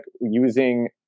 using